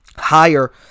higher